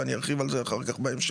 ואני ארחיב על זה אחר כך בהמשך,